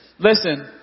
Listen